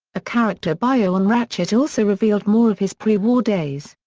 a character bio on ratchet also revealed more of his pre-war days.